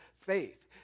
faith